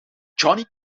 johnny